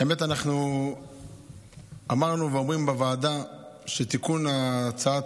האמת היא שאנחנו אמרנו ואומרים בוועדה שתיקון הצעת